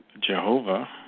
Jehovah